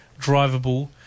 drivable